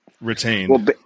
Retain